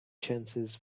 chances